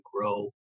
grow